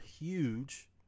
huge